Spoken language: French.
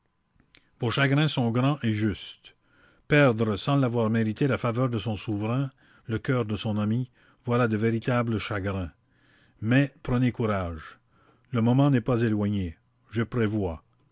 vos chagrins sont grands et justes perdre sans l'avoir mérité la faveur de son souverain le coeur de son ami voilà de véritables chagrins mais prenez courage le moment n'est pas éloigné je prévois